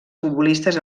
futbolistes